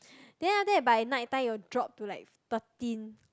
then after that by nighttime it'll drop to like thirteen